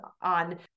on